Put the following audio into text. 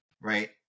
right